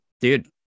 dude